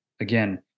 again